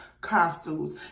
costumes